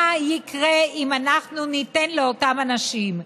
מה יקרה אם אנחנו ניתן לאותם אנשים?